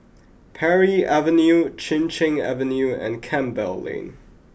Parry Avenue Chin Cheng Avenue and Campbell Lane